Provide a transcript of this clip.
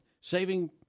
saving